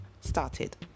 started